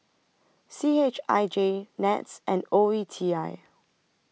C H I J Nets and O E T I